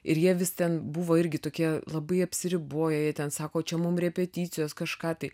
ir jie visi ten buvo irgi tokie labai apsiriboję jie ten sako čia mum repeticijos kažką tai